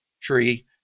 tree